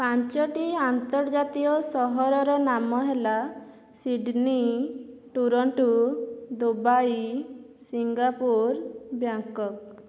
ପାଞ୍ଚଟି ଆର୍ନ୍ତଜାତୀୟ ସହରର ନାମ ହେଲା Sydney Toronto Dubai Singapore Bangkok